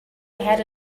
ahead